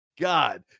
God